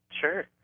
Sure